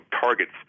targets